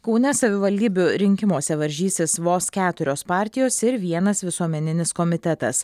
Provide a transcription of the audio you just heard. kaune savivaldybių rinkimuose varžysis vos keturios partijos ir vienas visuomeninis komitetas